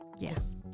yes